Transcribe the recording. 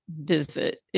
visit